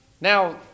Now